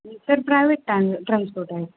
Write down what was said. sir private टान transport आहे